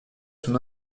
son